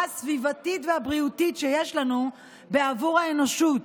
הסביבתית והבריאותית שיש לנו בעבור האנושות,